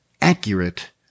accurate